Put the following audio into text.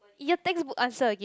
!eeyer! textbook answer again